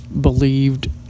believed